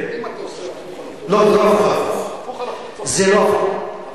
אם אתה עושה הפוך על הפוך, זה לא הפוך על הפוך.